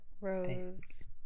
Rose